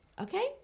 Okay